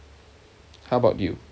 how about you